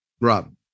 Rob